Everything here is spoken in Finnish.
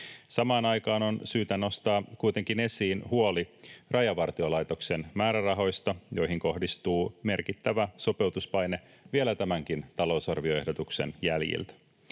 Samaan aikaan on syytä nostaa kuitenkin esiin huoli Rajavartiolaitoksen määrärahoista, joihin kohdistuu merkittävä sopeutuspaine vielä tämänkin talousarvioehdotuksen jäljiltä.